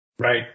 Right